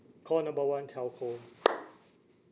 call number one telco